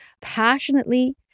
passionately